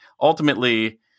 ultimately